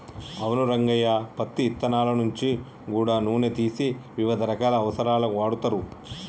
అవును రంగయ్య పత్తి ఇత్తనాల నుంచి గూడా నూనె తీసి వివిధ రకాల అవసరాలకు వాడుతరు